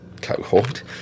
cohort